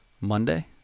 Monday